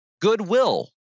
goodwill